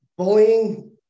Bullying